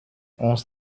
uns